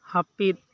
ᱦᱟᱯᱤᱫ